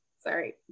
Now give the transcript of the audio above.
sorry